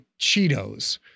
Cheetos